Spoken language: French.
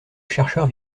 chercheur